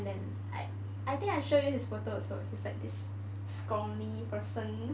and then like I I think I show you his photo also he is like this scrawny person